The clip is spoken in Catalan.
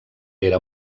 era